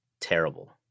terrible